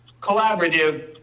collaborative